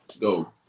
go